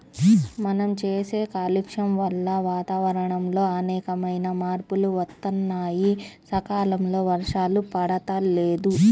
మనం చేసే కాలుష్యం వల్ల వాతావరణంలో అనేకమైన మార్పులు వత్తన్నాయి, సకాలంలో వర్షాలు పడతల్లేదు